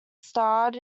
starred